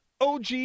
OG